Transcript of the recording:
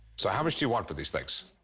so how much do you want for these things?